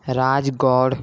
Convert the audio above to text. راج گوڑ